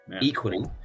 Equally